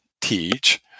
teach